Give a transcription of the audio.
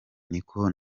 niko